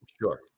Sure